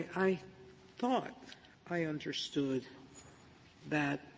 i thought i understood that